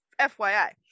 fyi